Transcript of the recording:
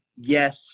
yes